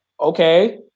okay